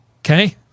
Okay